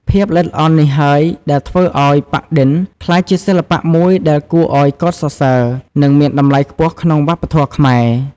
ភាពល្អិតល្អន់នេះហើយដែលធ្វើឱ្យប៉ាក់-ឌិន ក្លាយជាសិល្បៈមួយដែលគួរឱ្យកោតសរសើរ និងមានតម្លៃខ្ពស់ក្នុងវប្បធម៌ខ្មែរ។